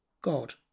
God